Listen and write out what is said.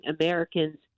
Americans